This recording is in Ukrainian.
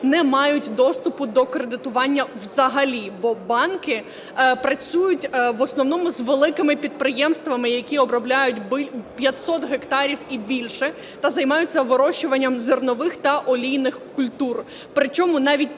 не мають доступу до кредитування взагалі, бо банки працюють в основному з великими підприємствами, які обробляють 500 гектарів і більше, та займаються вирощуванням зернових та олійних культур.